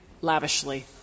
lavishly